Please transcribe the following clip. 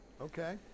okay